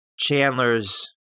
Chandler's